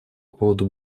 поводу